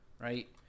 right